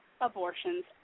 abortions